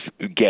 get